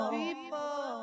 people